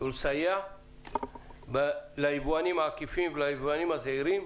ולסייע ליבואנים העקיפים וליבואנים הזעירים,